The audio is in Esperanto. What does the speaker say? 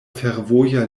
fervoja